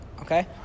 Okay